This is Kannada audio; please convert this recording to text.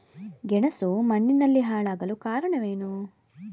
ಗೆಣಸು ಮಣ್ಣಿನಲ್ಲಿ ಹಾಳಾಗಲು ಕಾರಣವೇನು?